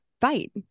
fight